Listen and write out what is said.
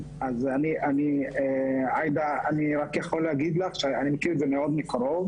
אני מכיר את זה מקרוב.